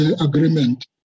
agreement